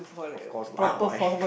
of course lah why